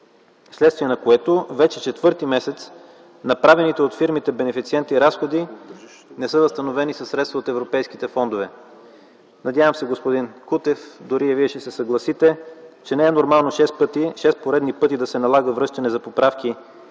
вследствие на което вече четвърти месец направените от фирмите - бенефициенти разходи не са възстановени със средства от европейските фондове. Надявам се, господин Кутев, дори и Вие ще се съгласите, че не е нормално шест поредни пъти да се налага връщане за поправки